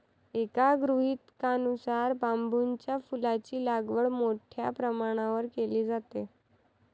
एका गृहीतकानुसार बांबूच्या फुलांची लागवड मोठ्या प्रमाणावर केली जाते